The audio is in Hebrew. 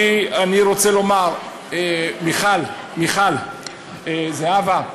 אני רוצה לומר, מיכל, זהבה,